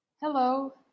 Hello